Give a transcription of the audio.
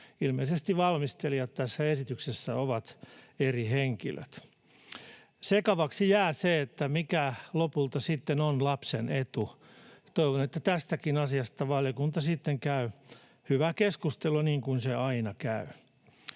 ilmeisesti valmistelijat tässä esityksessä ovat eri henkilöt. Sekavaksi jää se, mikä lopulta on lapsen etu. Toivon, että tästäkin asiasta valiokunta sitten käy hyvää keskustelua, niin kuin se aina käy.